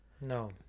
no